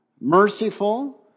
merciful